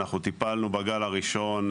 אנחנו טיפלנו בגל הראשון,